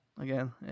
again